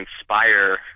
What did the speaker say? inspire